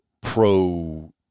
pro